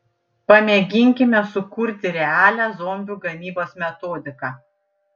pamėginkime sukurti realią zombių gamybos metodiką